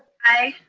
aye.